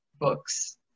books